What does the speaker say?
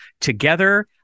together